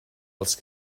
els